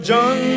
John